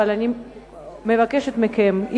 אבל אני מבקשת מכם,